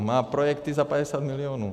Má projekty za 50 milionů.